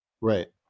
Right